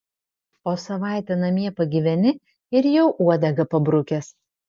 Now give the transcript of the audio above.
o savaitę namie pagyveni ir jau uodegą pabrukęs